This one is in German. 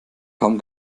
kaum